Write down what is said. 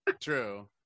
True